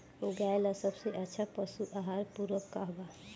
गाय ला सबसे अच्छा पशु आहार पूरक का बा?